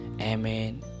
Amen